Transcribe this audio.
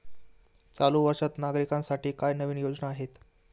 चालू वर्षात नागरिकांसाठी काय नवीन योजना आहेत?